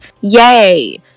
Yay